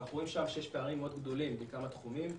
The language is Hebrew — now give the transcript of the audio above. ואנחנו רואים שם שיש פערים גדולים מאוד בכמה תחומים: